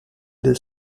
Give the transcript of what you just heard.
del